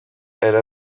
era